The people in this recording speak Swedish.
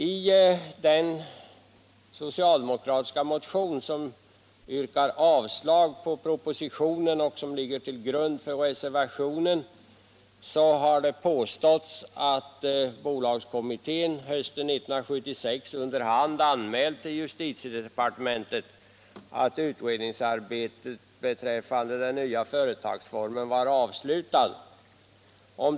I den socialdemokratiska motion som yrkar avslag på propositionen och som ligger till grund för reservationen har det påståtts att bolagskommittén hösten 1976 under hand anmält till justitiedepartementet att utredningsarbetet beträffande den nya företagsformen var avslutat.